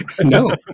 No